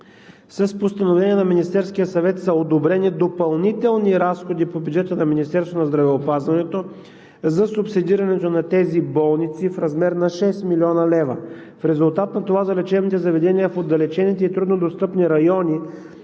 С постановление на Министерския съвет са одобрени допълнителни разходи по бюджета на Министерството на здравеопазването за субсидирането на тези болници в размер на 6 млн. лв. В резултат на това за лечебните заведения в отдалечените и труднодостъпни райони